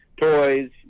Toys